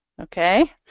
Okay